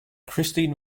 christine